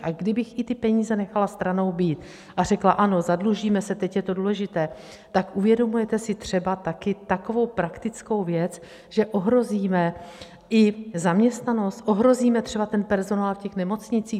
A kdybych i ty peníze nechala být stranou a řekla: ano, zadlužíme se, teď je to důležité, uvědomujete si třeba taky takovou praktickou věc, že ohrozíme i zaměstnanost, ohrozíme třeba personál v nemocnicích?